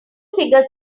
figure